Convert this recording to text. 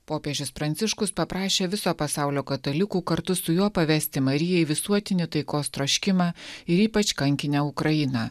popiežius pranciškus paprašė viso pasaulio katalikų kartu su juo pavesti marijai visuotinį taikos troškimą ir ypač kankinę ukrainą